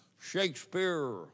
Shakespeare